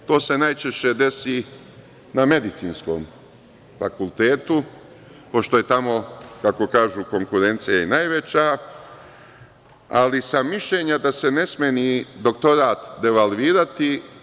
To se najčešće desi na Medicinskom fakultetu, pošto je tamo, kako kažu, konkurencija najveća, ali sam mišljenja da se ne sme ni doktorat devalvirati.